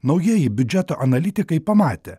naujieji biudžeto analitikai pamatę